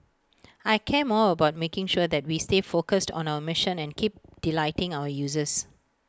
I care more about making sure that we stay focused on our mission and keep delighting our users